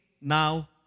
now